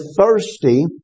thirsty